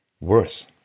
worse